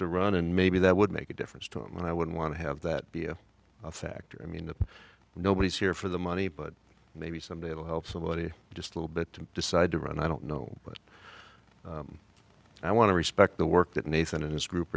to run and maybe that would make a difference too and i wouldn't want to have that be a factor i mean that nobody's here for the money but maybe someday it'll help somebody just a little bit decide to run i don't know but i want to respect the work that nathan and his group